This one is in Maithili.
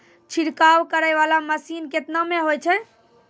छिड़काव करै वाला मसीन केतना मे होय छै?